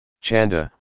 Chanda